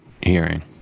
hearing